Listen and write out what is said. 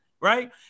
right